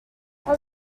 well